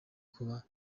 kuba